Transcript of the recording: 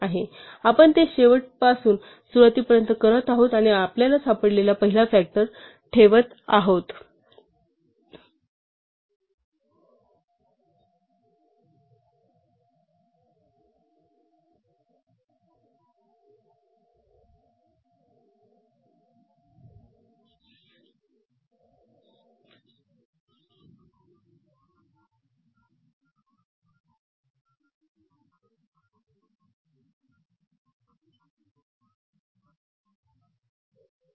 आपण ते शेवटपासून सुरुवातीपर्यंत करत आहोत आणि आपल्याला सापडलेला पहिला फ़ॅक्टर ठेवत आहोत